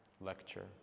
lecture